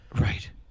Right